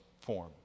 form